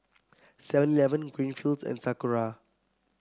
Seven Eleven Greenfields and Sakura